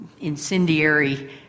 incendiary